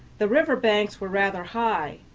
the river banks were rather high,